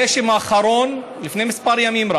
הגשם האחרון, רק לפני כמה ימים,